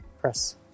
press